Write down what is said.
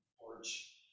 porch